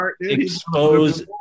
expose